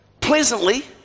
pleasantly